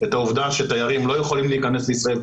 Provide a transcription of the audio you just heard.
את העובדה שתיירים לא יכולים להיכנס לישראל,